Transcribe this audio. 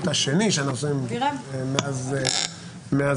השני שאנחנו עושים מאז הכנסת,